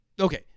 Okay